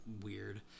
weird